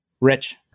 Rich